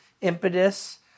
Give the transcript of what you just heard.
impetus